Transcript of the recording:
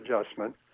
adjustment